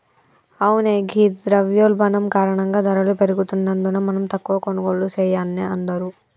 అవునే ఘీ ద్రవయోల్బణం కారణంగా ధరలు పెరుగుతున్నందున మనం తక్కువ కొనుగోళ్లు సెయాన్నే అందరూ